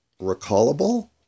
recallable